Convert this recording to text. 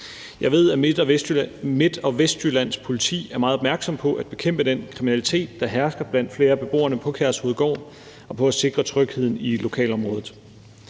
Jeg ved, at Midt- og Vestjyllands Politi er meget opmærksom på at bekæmpe den kriminalitet, der hersker blandt flere af beboerne på Kærshovedgård, og på at sikre trygheden i lokalområdet.